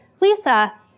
Lisa